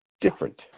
different